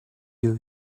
you